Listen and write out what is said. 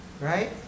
Right